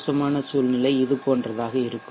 மோசமான சூழ்நிலை இது போன்றதாக இருக்கும்